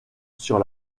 sur